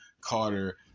Carter